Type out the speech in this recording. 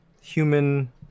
human